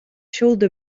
shoulder